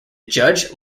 judge